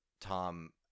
Tom